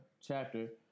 chapter